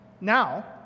Now